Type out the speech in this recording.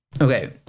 Okay